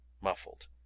muffled